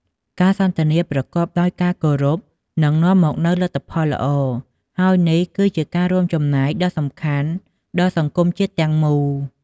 ការសន្ទនាប្រកបដោយការគោរព នឹងនាំមកនូវលទ្ធផលល្អ ហើយនេះគឺជាការរួមចំណែកដ៏សំខាន់ដល់សង្គមជាតិទាំងមូល។